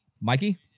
Mikey